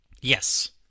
Yes